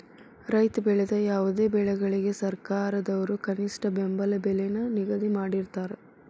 ರೈತ ಬೆಳೆದ ಯಾವುದೇ ಬೆಳೆಗಳಿಗೆ ಸರ್ಕಾರದವ್ರು ಕನಿಷ್ಠ ಬೆಂಬಲ ಬೆಲೆ ನ ನಿಗದಿ ಮಾಡಿರ್ತಾರ